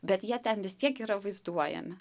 bet jie ten vis tiek yra vaizduojami